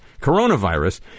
Coronavirus